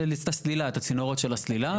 זה סלילה, את הצינורות של הסלילה.